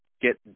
get